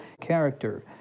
character